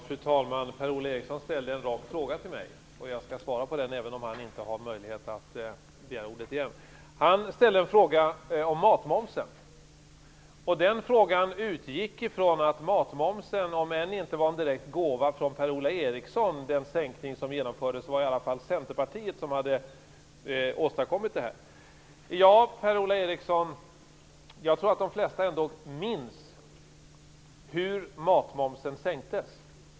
Fru talman! Per-Ola Eriksson ställde en rak fråga till mig. Jag skall svara på den, även om han inte har möjlighet att begära ordet igen. Han ställde en fråga om matmomsen. Hans fråga utgick från att sänkningen av matmomsen hade åstadkommits av Centerpartiet, även om den inte var en direkt gåva från Per-Ola Eriksson. Jag tror ändå att de flesta minns hur det gick till när matmomsen sänktes.